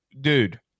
dude